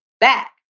back